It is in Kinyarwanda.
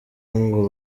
ngo